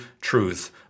truth